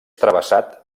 travessat